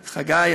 חגי,